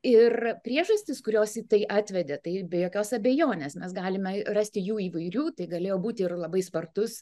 ir priežastys kurios į tai atvedė tai be jokios abejonės mes galime rasti jų įvairių tai galėjo būti ir labai spartus